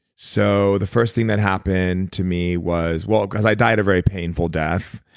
so the first thing that happened to me was well, because i died a very painful death.